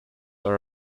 are